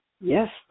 Yes